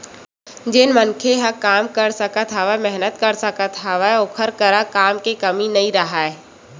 जेन मनखे ह काम कर सकत हवय, मेहनत कर सकत हवय ओखर करा काम के कमी नइ राहय